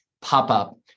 pop-up